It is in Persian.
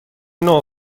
نوع